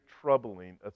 troubling